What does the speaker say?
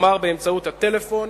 כלומר באמצעות הטלפון,